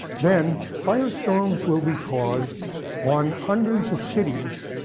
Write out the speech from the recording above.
then firestorms will be caused on hundreds of cities,